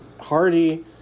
hardy